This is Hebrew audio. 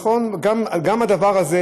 גם את הדבר הזה